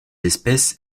espèces